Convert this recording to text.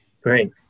Great